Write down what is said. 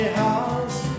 house